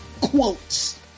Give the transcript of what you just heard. quotes